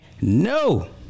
No